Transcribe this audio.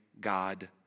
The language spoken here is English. God